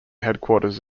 headquarters